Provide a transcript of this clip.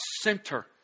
center